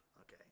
Okay